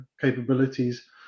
capabilities